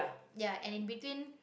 ya and in between